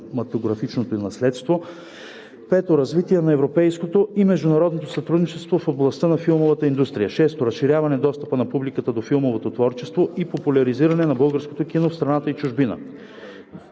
кинематографичното наследство; 5. развитие на европейското и международното сътрудничество в областта на филмовата индустрия; 6. разширяване достъпа на публиката до филмовото творчество и популяризиране на българското кино в страната и чужбина.